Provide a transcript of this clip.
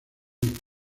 los